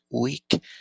week